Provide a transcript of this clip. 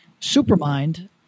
Supermind